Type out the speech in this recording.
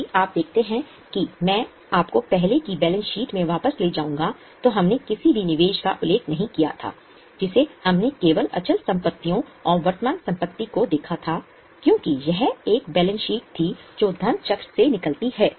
यदि आप देखते हैं कि मैं आपको पहले की बैलेंस शीट में वापस ले जाऊंगा तो हमने किसी भी निवेश का उल्लेख नहीं किया था जिसे हमने केवल अचल संपत्तियों और वर्तमान संपत्ति को देखा था क्योंकि यह एक बैलेंस शीट थी जो धन चक्र से निकलती है